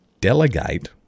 delegate